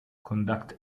conduct